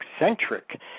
eccentric